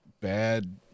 bad